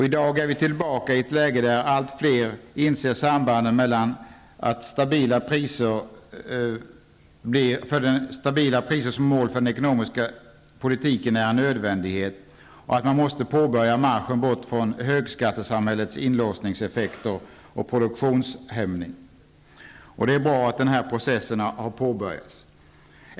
I dag är vi tillbaka i ett läge där allt fler inser att stabila priser som mål för den ekonomiska politiken är en nödvändighet och att man måste påbörja marschen bort från högskattesamhällets inlåsningseffekter och produktionshämning. Det är bra att den processen har påbörjats.